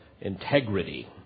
integrity